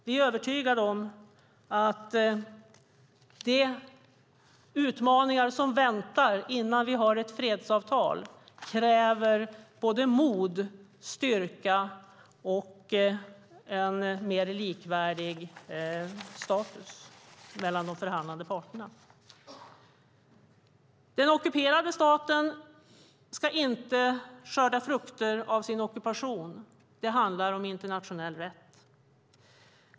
Vi är övertygade om att de utmaningar som väntar innan vi har ett fredsavtal kräver mod, styrka och en mer likvärdig status mellan de förhandlande parterna. Den ockuperande staten ska inte skörda frukter av sin ockupation. Det handlar om internationell rätt.